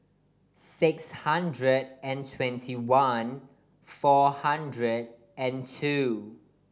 six hundred and twenty one four hundred and two